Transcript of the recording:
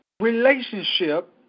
relationship